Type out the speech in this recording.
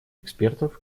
экспертов